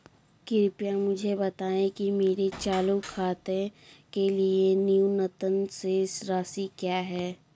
कृपया मुझे बताएं कि मेरे चालू खाते के लिए न्यूनतम शेष राशि क्या है?